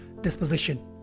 disposition